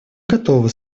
готовы